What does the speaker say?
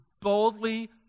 boldly